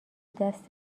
دست